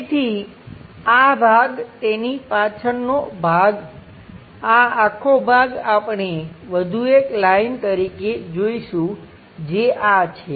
ફરીથી આ ભાગ તેની પાછળનો ભાગ આ આખો ભાગ આપણે વધુ એક લાઈન તરીકે જોઈશું જે આ છે